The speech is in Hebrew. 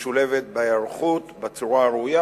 משולבת בהיערכות בצורה הראויה,